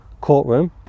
courtroom